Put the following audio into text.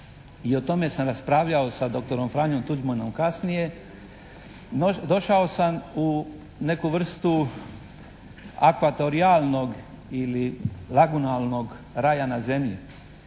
i o tome sam raspravljao s doktorom Franjom Tuđmanom kasnije. Došao sam u neku vrstu akvatorijalnog ili lagunalnog raja na zemlji.